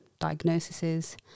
diagnoses